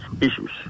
issues